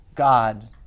God